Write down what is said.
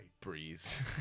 Breeze